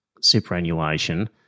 superannuation